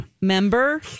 member